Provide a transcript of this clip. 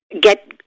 Get